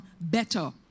better